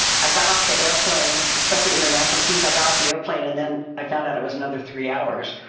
i got off the airplane. especially international students. i got off the airplane and then i found out it was another three hours.